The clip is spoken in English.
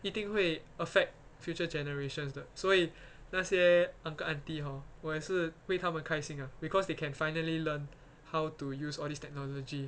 一定会 affect future generations 的所以那些 uncle auntie hor 我也是为他们开心 ah because they can finally learn how to use all these technology